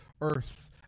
earth